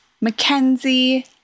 Mackenzie